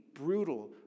brutal